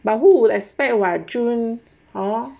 but who would expect [what] june hor